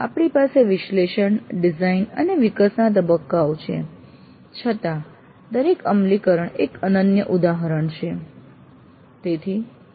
આપણી પાસે વિશ્લેષણ ડિઝાઇન અને વિકાસના તબક્કાઓ છે છતાં દરેક અમલીકરણ એક અનન્ય ઉદાહરણ છે